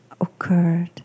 occurred